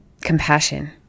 compassion